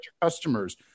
customers